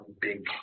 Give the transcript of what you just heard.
big